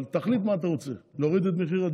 אבל תחליט מה אתה רוצה: להוריד את מחירי